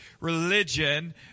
religion